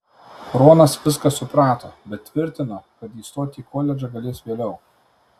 ronas viską suprato bet tvirtino kad įstoti į koledžą galės vėliau